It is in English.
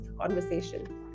conversation